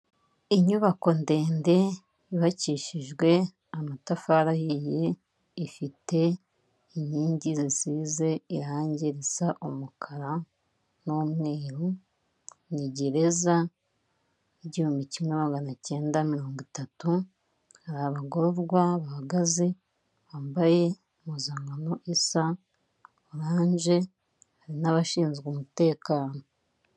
Inyubako ndende yubakishijwe amatafari ahiye ifite inkingi zize irangi risa umukara n'umweru ni gereza' igihumbi kimwe maganacyenda mirongo itatu abagororwa bahagaze bambaye impuzankano isa orange hari n' nabashinzwe umutekano.